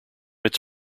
its